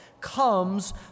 comes